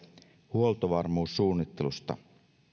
huoltovarmuussuunnittelusta